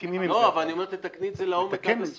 אבל אני אומר תתקני את זה לעומק, עד הסוף.